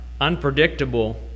unpredictable